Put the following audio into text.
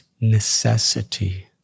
necessity